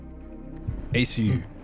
ACU